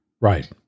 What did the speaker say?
Right